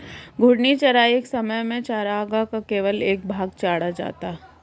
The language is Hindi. घूर्णी चराई एक समय में चरागाह का केवल एक भाग चरा जाता है